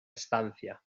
estancia